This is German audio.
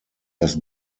das